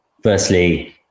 Firstly